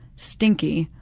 stinky,